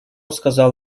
сказал